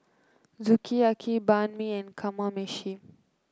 Sukiyaki Banh Mi and Kamameshi